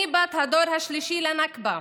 אני בת הדור השלישי לנכבה: